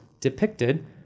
depicted